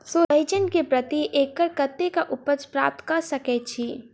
सोहिजन केँ प्रति एकड़ कतेक उपज प्राप्त कऽ सकै छी?